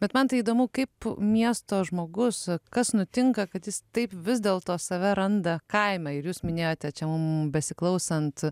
bet man tai įdomu kaip miesto žmogus kas nutinka kad jis taip vis dėlto save randa kaime ir jūs minėjote čia mum besiklausant